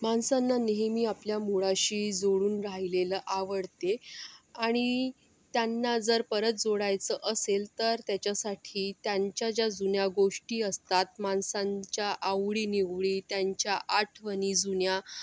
माणसांना नेहमी आपल्या मुळाशी जुळून राहिलेलं आवडते आणि त्यांना जर परत जोडायचं असेल तर त्याच्यासाठी त्यांच्या ज्या जुन्या गोष्टी असतात माणसांच्या आवडीनिवडी त्यांच्या आठवणी जुन्या